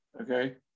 okay